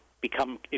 become